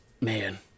Man